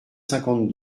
cinquante